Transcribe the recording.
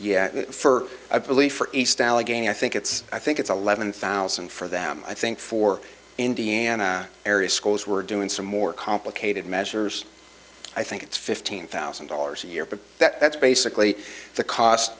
fur i believe for a stalley gain i think it's i think it's eleven thousand for them i think for indiana area schools were doing for more complicated measures i think it's fifteen thousand dollars a year but that's basically the cost